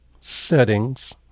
settings